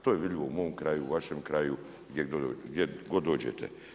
To je vidljivo u mom kraju u vašem kraju gdje god dođete.